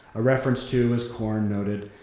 a reference to, as corn noted,